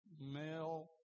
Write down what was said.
male